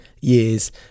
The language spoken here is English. years